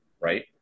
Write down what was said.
right